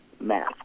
math